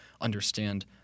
understand